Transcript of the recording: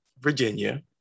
Virginia